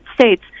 States